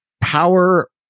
power